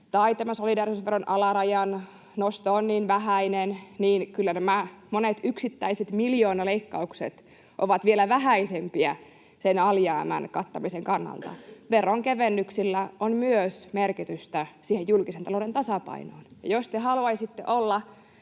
tai tämä solidaarisuusveron alarajan nosto on niin vähäinen, niin kyllä nämä monet yksittäiset miljoonaleikkaukset ovat vielä vähäisempiä sen alijäämän kattamisen kannalta. Veronkevennyksillä on myös merkitystä sille julkisen talouden tasapainolle, ja jos te haluaisitte olla